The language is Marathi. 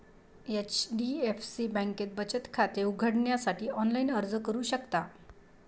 एच.डी.एफ.सी बँकेत बचत खाते उघडण्यासाठी ऑनलाइन अर्ज करू शकता